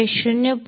सुमारे 0